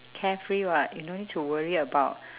carefree [what] you no need to worry about